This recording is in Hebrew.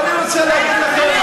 ואני רוצה להגיד לכם,